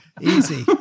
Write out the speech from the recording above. easy